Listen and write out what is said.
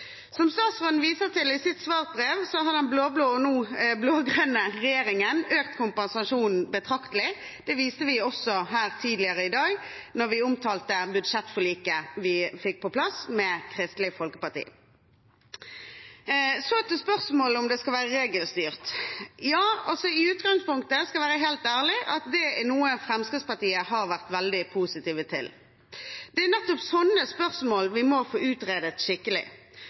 Som statsråden viser til i sitt svarbrev, har den blå-grønne regjeringen økt kompensasjonen betraktelig. Det viste vi også her tidligere i dag da vi omtalte budsjettforliket vi fikk på plass med Kristelig Folkeparti. Så til spørsmålet om hvorvidt det skal være regelstyrt: Ja, skal jeg være helt ærlig, er det i utgangspunktet noe Fremskrittspartiet har vært veldig positiv til. Det er nettopp slike spørsmål vi må få utredet skikkelig.